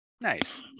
Nice